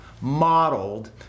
modeled